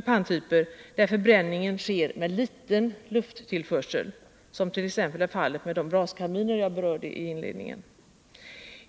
panntyper där förbränningen sker med liten lufttillförsel, som t.ex. är fallet med de braskaminer som jag berörde i inledningen.